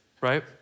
right